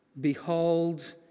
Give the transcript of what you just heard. behold